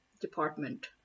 department